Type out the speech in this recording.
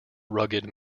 rugged